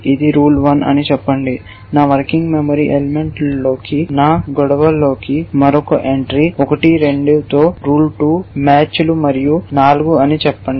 ఇది రూల్ 1 అని చెప్పండి నా వర్కింగ్ మెమరీ ఎలిమెంట్లోకి నా గొడవల్లోకి మరొక ఎంట్రీ 1 2 తో రూల్ 2 మ్యాచ్లు మరియు 4 అని చెప్పండి